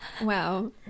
Wow